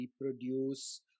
reproduce